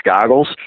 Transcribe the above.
goggles